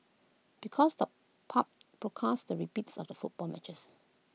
because the pubs broadcast the repeats of the football matches